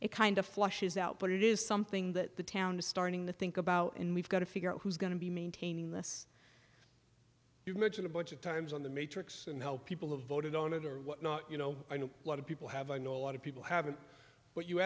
it kind of flushes out but it is something that the town is starting to think about and we've got to figure out who's going to be maintaining this you mentioned a bunch of times on the matrix and help people have voted on it or what not you know i know a lot of people have i know a lot of people have it but you